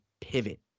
pivot